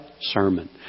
sermon